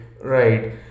Right